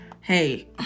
hey